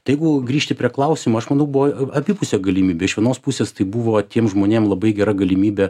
tai jeigu grįžti prie klausimo aš manau buvo abipusė galimybė iš vienos pusės tai buvo tiem žmonėm labai gera galimybė